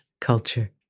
Culture